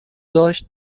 داشت